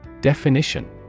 Definition